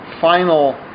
final